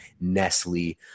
Nestle